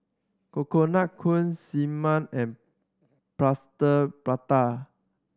Coconut Kuih Siew Mai and Plaster Prata